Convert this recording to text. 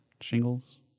shingles